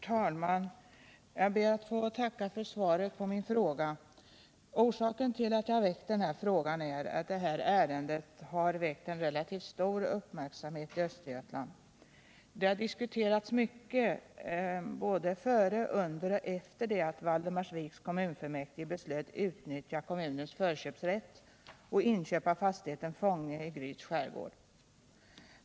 Herr talman! Jag ber att få tacka för svaret på min fråga. Orsaken till att jag ställde den är att detta ärende har väckt en relativt stor uppmärksamhet i Östergötland. Det har diskuterats mycket både före, under och efter det att Valdemarsviks kommunfullmäktige beslöt utnyttja kommunens förköpsrätt och inköpa fastigheten Fångö i Gryts skärgård.